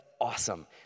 awesome